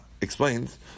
explains